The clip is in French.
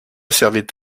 servait